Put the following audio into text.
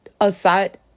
aside